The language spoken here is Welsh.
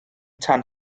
tan